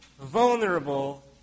vulnerable